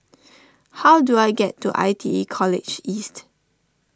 how do I get to I T E College East